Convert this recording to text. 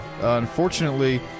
unfortunately